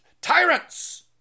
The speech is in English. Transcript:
Tyrants